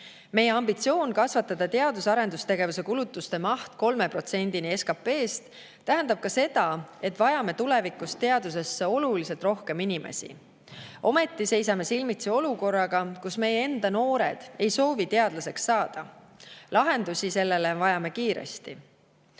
Meie ambitsioon kasvatada teadus‑ ja arendustegevuse kulutuste maht 3%‑ni SKP‑st tähendab ka seda, et vajame tulevikus teadusesse oluliselt rohkem inimesi. Ometi seisame silmitsi olukorraga, kus meie enda noored ei soovi teadlaseks saada. Lahendusi sellele vajame kiiresti.